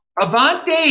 Avanti